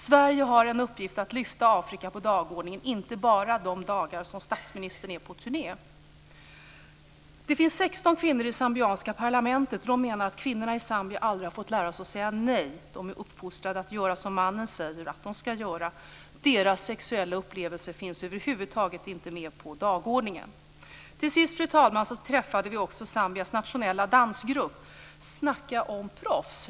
Sverige har en uppgift att lyfta Afrika på dagordningen inte bara de dagar som statsministern är på turné. Det finns 16 kvinnor i det zambiska parlamentet. De menar att kvinnorna i Zambia aldrig har fått lära sig att säga nej. De är uppfostrade att göra som mannen säger att de ska göra. Deras sexuella upplevelser finns över huvud taget inte med på dagordningen. Till sist, fru talman, träffade vi också Zambias nationella dansgrupp. Snacka om proffs.